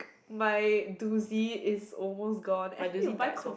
my dozy is almost gone actually you buy